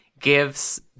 Gives